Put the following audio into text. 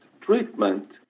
treatment